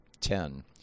ten